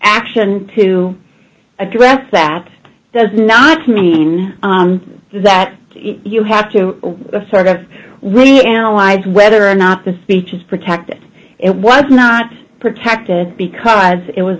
action to address that does not mean that you have to sort of really allied whether or not the speech is protected it was not protected because it was